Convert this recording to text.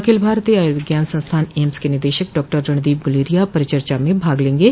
अखिल भारतीय आयुर्विज्ञान संस्थान एम्स के निदेशक डॉक्टर रणदीप गुलेरिया परिचर्चा में भाग लेंगे